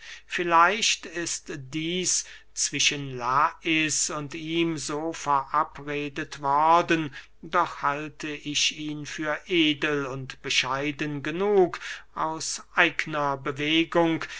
vielleicht ist dieß zwischen lais und ihm so verabredet worden doch halte ich ihn für edel und bescheiden genug aus eigner bewegung